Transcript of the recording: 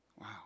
Wow